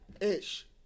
Ish